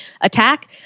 Attack